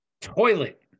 Toilet